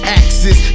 axis